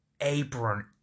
apron